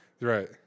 Right